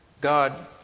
God